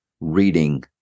reading